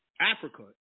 Africa